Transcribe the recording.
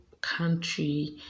country